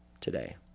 today